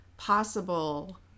possible